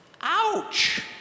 Ouch